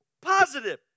positive